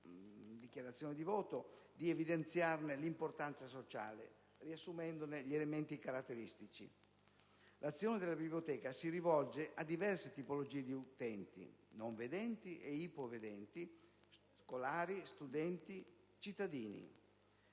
di evidenziarne l'importanza sociale, riassumendone gli elementi caratteristici. L'azione della biblioteca si rivolge a diverse tipologie di utenti, non vedenti e ipovedenti, scolari, studenti, cittadini.